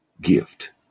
gift